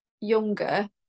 younger